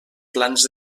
plans